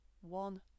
one